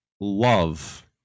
love